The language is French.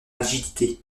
rigidité